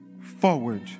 forward